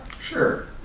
Sure